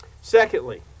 Secondly